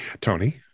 Tony